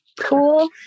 cool